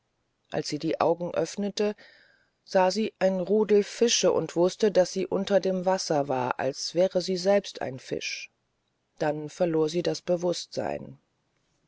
als sie die augen öffnete sah sie ein rudel fische und wußte daß sie unter dem wasser war als wäre sie selbst ein fisch dann verlor sie das bewußtsein